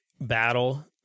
battle